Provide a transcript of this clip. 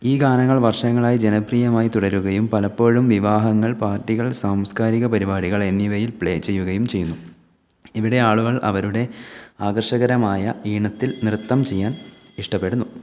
ഈ ഗാനങ്ങൾ വർഷങ്ങളായി ജനപ്രിയമായി തുടരുകയും പലപ്പോഴും വിവാഹങ്ങൾ പാർട്ടികൾ സാംസ്കാരിക പരിപാടികൾ എന്നിവയിൽ പ്ലേ ചെയ്യുകയും ചെയ്യുന്നു ഇവിടെ ആളുകൾ അവരുടെ ആകർഷകരമായ ഈണത്തിൽ നൃത്തം ചെയ്യാൻ ഇഷ്ടപെടുന്നു